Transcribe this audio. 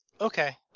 okay